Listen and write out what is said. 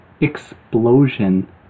explosion